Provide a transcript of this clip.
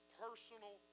personal